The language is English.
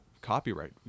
copyright